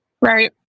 Right